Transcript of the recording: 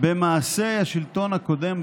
שמייצגים את הרשות השלטונית,